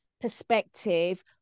perspective